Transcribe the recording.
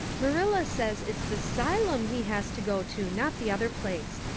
marilla says its the silem he has to go to not the other place.